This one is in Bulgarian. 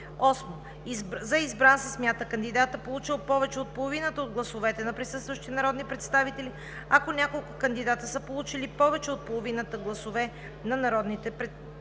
За избран се смята кандидатът, получил повече от половината от гласовете на присъстващите народни представители. Ако няколко кандидати са получили повече от половината от гласовете на присъстващите